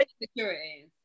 insecurities